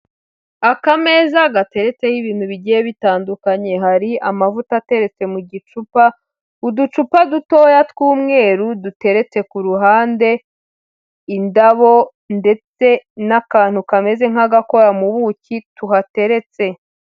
Akameza gateretseho ibintu bigiye bitandukanye. Hari amavuta ateretse mu gicupa, uducupa dutoya tw'umweru, duteretse ku ruhande, indabo ndetse n'akantu kameze nk'agakora mu buki, tuhateretse.